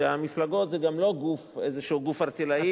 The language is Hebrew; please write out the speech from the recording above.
והמפלגות הן לא איזה גוף ערטילאי,